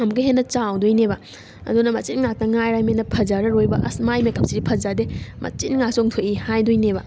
ꯑꯃꯨꯛꯀ ꯍꯦꯟꯅ ꯆꯥꯎꯗꯣꯏꯅꯦꯕ ꯑꯗꯨꯅ ꯃꯆꯤꯟ ꯉꯥꯛꯇ ꯉꯥꯏꯔꯕꯅꯤꯅ ꯐꯖꯔꯔꯣꯏꯑꯕ ꯑꯁ ꯃꯥꯏ ꯃꯦꯀꯞꯁꯤꯗꯤ ꯐꯖꯗꯦ ꯃꯆꯤꯟ ꯉꯥꯛ ꯆꯣꯡꯊꯣꯛꯏ ꯍꯥꯏꯗꯣꯏꯅꯦꯕ